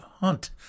hunt